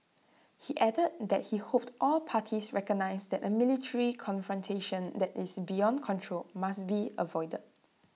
he added that he hoped all parties recognise that A military confrontation that is beyond control must be avoided